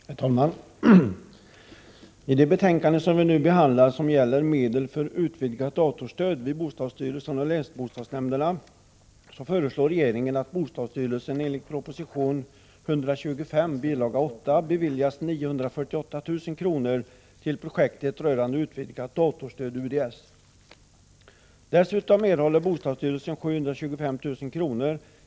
Herr talman! I det betänkande som vi nu behandlar och som gäller medel till utvidgat datorstöd vid bostadsstyrelsen och länsbostadsnämnderna föreslår regeringen att bostadsstyrelsen enligt proposition 125, bilaga 8, beviljas 948 000 kr. till projektet rörande utvidgat datorstöd - UDS. Dessutom erhåller bostadsstyrelsen 725 000 kr.